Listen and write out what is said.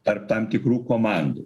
tarp tam tikrų komandų